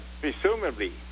presumably